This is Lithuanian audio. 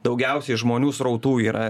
daugiausiai žmonių srautų yra